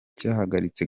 cyahagaritse